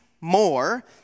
more